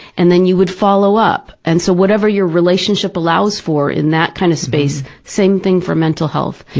and then you would follow up. and so whatever your relationship allows for in that kind of space, same thing for mental health.